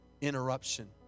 interruption